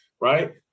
right